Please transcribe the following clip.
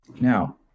Now